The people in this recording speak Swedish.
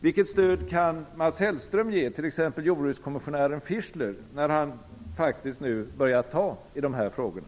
Vilket stöd kan Mats Hellström ge t.ex. jordbrukskommissionären Fischler när han faktiskt nu börjar ta i de här frågorna.